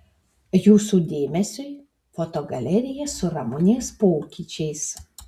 jūsų dėmesiui foto galerija su ramunės pokyčiais